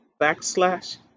backslash